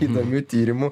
įdomių tyrimų